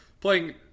Playing